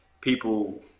people